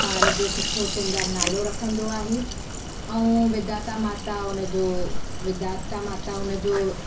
ॿार जो सुठो सुंदरु नालो रखंदो आहे ऐं विधाता माता उनजो विधाता माता हुनजो